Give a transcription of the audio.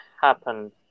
happen